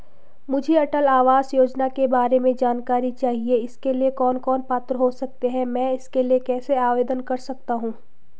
मुझे अटल आवास योजना के बारे में जानकारी चाहिए इसके लिए कौन कौन पात्र हो सकते हैं मैं इसके लिए कैसे आवेदन कर सकता हूँ?